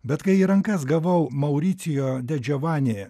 bet kai į rankas gavau mauricijo de džovani